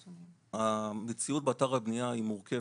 המציאות באתר הבנייה מורכבת,